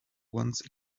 once